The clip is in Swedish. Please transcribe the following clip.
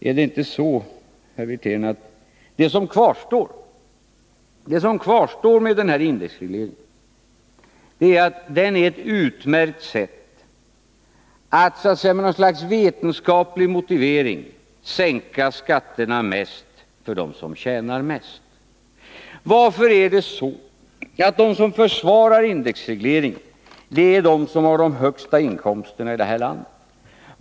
Är det inte så, herr Wirtén, att det som kvarstår med den här indexregleringen är att den är ett utmärkt sätt att så att säga med något slags vetenskaplig motivering sänka skatterna mest för dem som tjänar mest? Varför är det så att de som försvarar indexregleringen är de som har de högsta inkomsterna i det här landet?